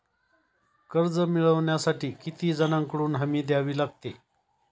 कर्ज मिळवण्यासाठी किती जणांकडून हमी द्यावी लागते?